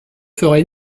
ferait